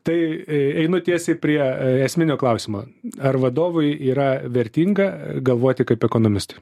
tai e einu tiesiai prie e esminio klausimo ar vadovui yra vertinga galvoti kaip ekonomistui